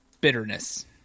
bitterness